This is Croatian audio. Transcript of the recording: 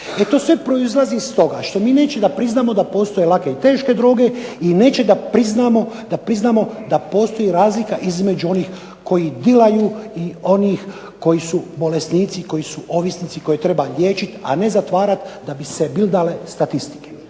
I to sve proizlazi iz toga što mi nećemo da priznamo da postoje lake i teške droge i nećemo da priznamo da postoji razlika između onih koji dilaju i onih koji su bolesnici, koji su ovisnici, koje treba liječiti, a ne zatvarati da bi se bildale statistike.